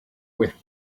with